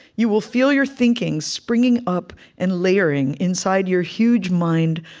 you will feel your thinking springing up and layering inside your huge mind,